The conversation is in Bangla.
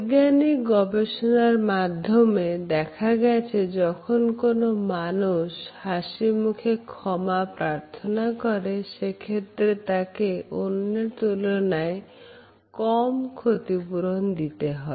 বৈজ্ঞানিক গবেষণার মাধ্যমে দেখা গেছে যখন কোন মানুষ হাসিমুখে ক্ষমা প্রার্থনা করে সেক্ষেত্রে তাকে অন্যের তুলনায় কম ক্ষতিপূরণ দিতে হয়